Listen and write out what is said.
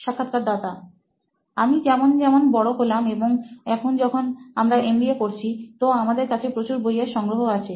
সাক্ষাৎকারদাতা আমি যেমন যেমন বড় হলাম এবং এখন যখন আমরা এম বি এ করছি তো আমাদের কাছে প্রচুর বই এর সংগ্রহ আছে